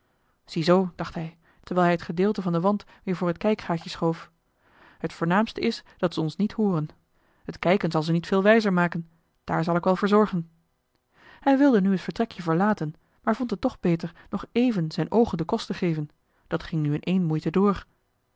ziezoo dacht hij terwijl hij het gedeelte van den wand weer voor het kijkgaatje schoof het voornaamste is dat ze ons niet hooren t kijken zal ze niet veel wijzer maken daar zal ik wel voor zorgen hij wilde nu het vertrekje verlaten maar vond het toch beter nog even zijn oogen den kost te geven dat ging nu in ééne moeite door